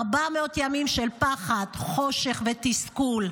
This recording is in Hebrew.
400 ימים של פחד, חושך ותסכול.